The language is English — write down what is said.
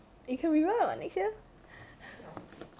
you can rerun what next year